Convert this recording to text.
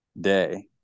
day